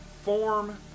form